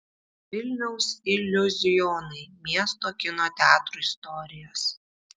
vilniaus iliuzionai miesto kino teatrų istorijos